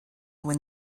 win